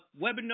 webinar